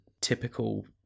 typical